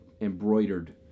embroidered